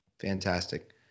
fantastic